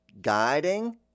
guiding